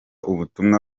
ubutumwa